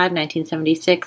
1976